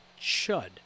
Chud